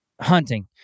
hunting